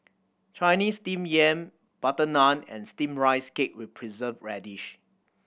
Chinese Steamed Yam butter naan and Steamed Rice Cake with Preserved Radish